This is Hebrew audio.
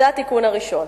זה התיקון הראשון.